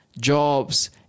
jobs